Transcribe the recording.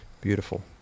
Beautiful